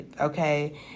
Okay